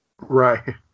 Right